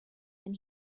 and